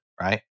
right